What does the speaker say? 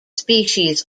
species